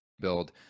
build